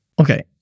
Okay